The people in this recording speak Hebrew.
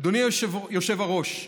אדוני היושב-ראש,